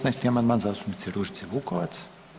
15. amandman zastupnice Ružice Vukovac.